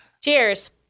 Cheers